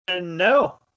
no